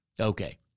Okay